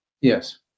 Yes